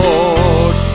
Lord